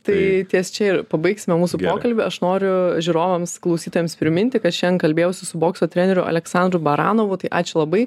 tai ties čia ir pabaigsime mūsų pokalbį aš noriu žiūrovams klausytojams priminti kad šian kalbėjausi su bokso treneriu aleksandru baranovu tai ačiū labai